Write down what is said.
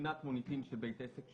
מבחינת מוניטין של בית עסק,